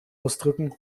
ausdrücken